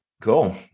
Cool